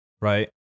right